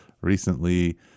recently